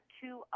two